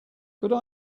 could